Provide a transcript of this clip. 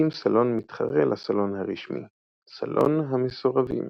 הקים סלון מתחרה לסלון הרשמי – 'סלון המסורבים'.